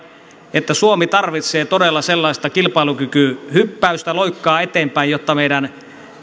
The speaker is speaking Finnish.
että suomi tarvitsee todella sellaista kilpailukykyhyppäystä loikkaa eteenpäin jotta meidän